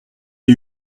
ait